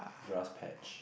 grass patch